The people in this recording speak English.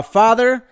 father